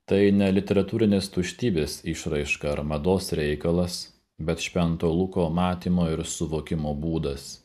tai ne literatūrinės tuštybės išraiška ar mados reikalas bet švento luko matymo ir suvokimo būdas